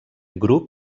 grup